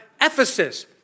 Ephesus